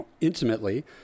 intimately